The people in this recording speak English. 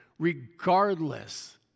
regardless